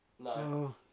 No